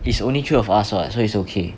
is only three of us what so it's okay